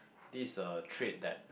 this is a trait that